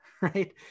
right